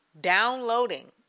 downloading